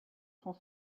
sont